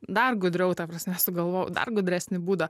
dar gudriau ta prasme sugalvojau dar gudresnį būdą